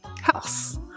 house